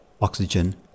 oxygen